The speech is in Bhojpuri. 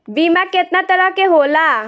बीमा केतना तरह के होला?